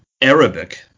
Arabic